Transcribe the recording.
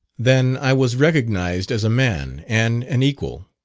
than i was recognised as a man, and an equal.